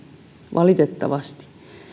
valitettavasti